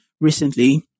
recently